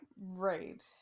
right